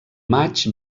matx